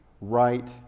right